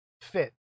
fit